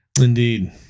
Indeed